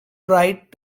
tried